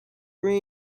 rig